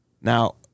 Now